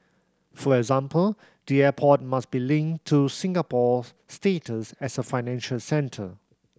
for example the airport must be linked to Singapore's status as a financial centre